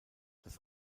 das